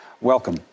Welcome